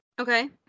Okay